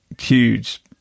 huge